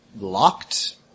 Locked